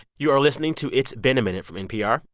you are listening to it's been a minute from npr.